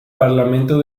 parlamento